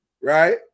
right